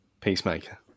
Peacemaker